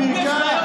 אם יש בעיות,